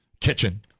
kitchen